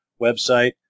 website